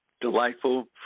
delightful